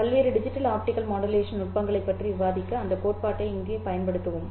பல்வேறு digital optical modulation நுட்பங்களைப் பற்றி விவாதிக்க அந்தக் கோட்பாட்டை இங்கே பயன்படுத்துவோம்